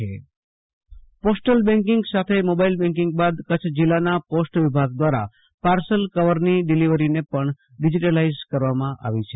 Ashutosh Antani postal banking સાથે mobile banking બાદ કરછ જીલ્લાના પોસ્ટ વિભાગ દ્વારા પાર્સલ કવર ની ડીલેવરીને પણ ડીજીટલલાઈઝ કરવામાં આવી છે